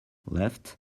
left